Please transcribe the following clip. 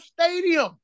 Stadium